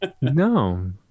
no